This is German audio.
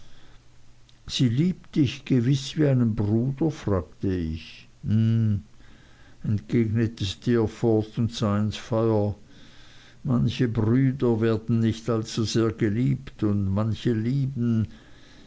sie liebt dich gewiß wie einen bruder fragte ich hm entgegnete steerforth und sah ins feuer manche brüder werden nicht allzu sehr geliebt und manche lieben